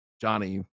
Johnny